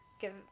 Give